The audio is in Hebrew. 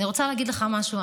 אני רוצה להגיד לך משהו,